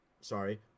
Sorry